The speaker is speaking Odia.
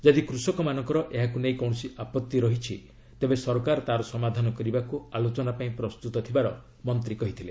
ଯଦି କୃଷକମାନଙ୍କର ଏହାକୁ ନେଇ କୌଣସି ଆପତ୍ତି ରହିଛି ତେବେ ସରକାର ତା'ର ସମାଧାନ କରିବାକୁ ଆଲୋଚନା ପାଇଁ ପ୍ରସ୍ତୁତ ଥିବାର ମନ୍ତ୍ରୀ କହିଛନ୍ତି